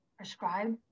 prescribe